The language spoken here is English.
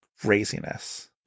Craziness